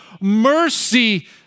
mercy